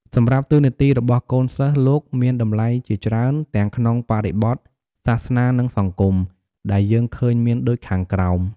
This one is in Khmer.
សម្រាប់តួនាទីរបស់កូនសិស្សលោកមានតម្លៃជាច្រើនទាំងក្នុងបរិបទសាសនានិងសង្គម ដែលយើងឃើញមានដូចខាងក្រោម។